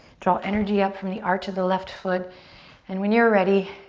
draw energy up from the arch of the left foot and when you're ready,